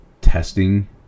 testing